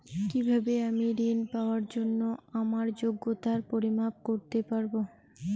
কিভাবে আমি ঋন পাওয়ার জন্য আমার যোগ্যতার পরিমাপ করতে পারব?